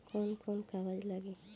कौन कौन कागज लागी?